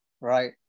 right